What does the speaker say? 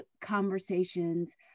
conversations